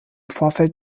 vorfeld